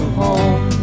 home